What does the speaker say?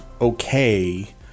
okay